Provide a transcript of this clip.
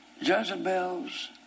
Jezebel's